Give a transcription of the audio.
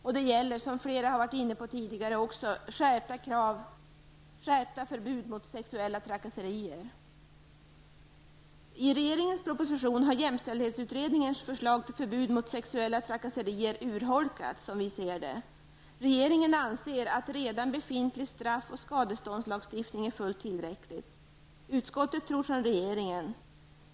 Vidare gäller det -- som flera tidigare varit inne på -- krav på strängare förbud mot sexuella trakasserier. I regeringens proposition har jämställdhetsutredningens förslag till förbud mot sexuella trakasserier urholkats. Regeringen anser att redan befintlig straff och skadeståndslagstiftning är fullt tillräcklig. Utskottet tror som regeringen.